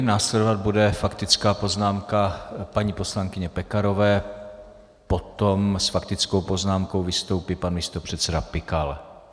Následovat bude faktická poznámka paní poslankyně Pekarové, potom s faktickou poznámkou vystoupí pan místopředseda Pikal.